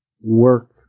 work